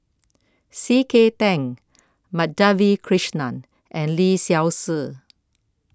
C K Tang Madhavi Krishnan and Lee Seow Ser